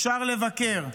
אפשר לבקר,